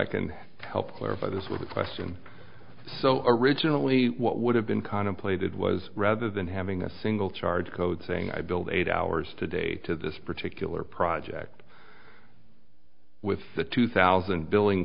i can help clarify this with the question so originally what would have been contemplated was rather than having a single charge code saying i build eight hours today to this particular project with the two thousand billing